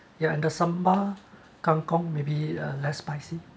the sambal kangkong maybe uh less spicy